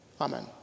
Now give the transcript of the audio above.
Amen